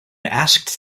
asked